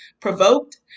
provoked